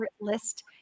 list